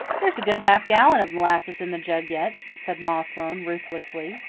there's a good half-gallon of molasses in the jug yet, said ma sloane ruthlessly.